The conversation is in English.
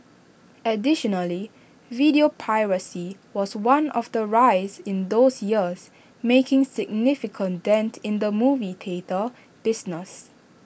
additionally video piracy was one of the rise in those years making significant dent in the movie theatre business